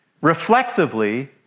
reflexively